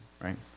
right